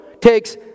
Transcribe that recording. takes